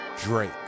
Drake